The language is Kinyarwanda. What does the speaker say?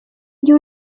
gihe